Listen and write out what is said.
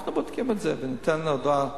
אנחנו בודקים את זה וניתן הודעה מסודרת.